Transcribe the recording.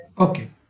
okay